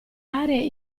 aree